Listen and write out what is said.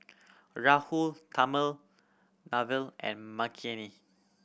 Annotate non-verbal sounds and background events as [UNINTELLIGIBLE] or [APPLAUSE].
Rahul [UNINTELLIGIBLE] and Makineni